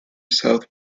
south